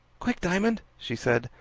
quick, diamond! she said.